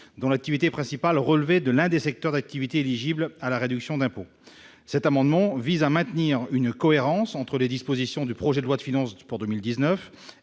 dont l'activité principale relevait de l'un des secteurs d'activité éligibles à la réduction d'impôt. Cet amendement vise à maintenir une cohérence entre les dispositions du projet de loi de finances pour 2019